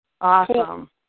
Awesome